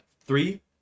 Three